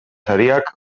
sariak